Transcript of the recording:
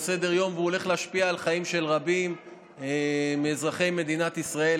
סדר-היום והולך להשפיע על חיים של רבים מאזרחי מדינת ישראל,